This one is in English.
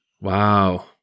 wow